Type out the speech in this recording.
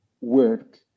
work